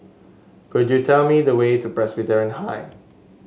could you tell me the way to Presbyterian High